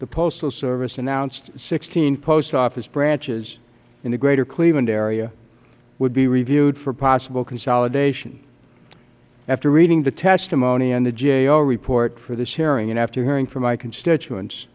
the postal service announced sixteen post office branches in the greater cleveland area would be reviewed for possible consolidation after reading the testimony and the gao report for this hearing and after hearing from my constituents